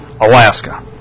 Alaska